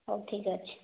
ହେଉ ଠିକ ଅଛି